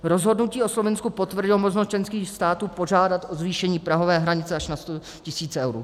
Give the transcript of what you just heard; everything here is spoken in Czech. Rozhodnutí o Slovinsku potvrdilo možnost členských států požádat o zvýšení prahové hranice až na 100 tisíc eur.